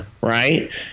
Right